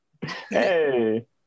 Hey